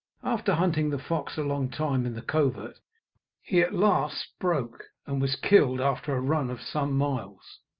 after hunting the fox a long time in the covert he at last broke, and was killed after a run of some miles.